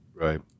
Right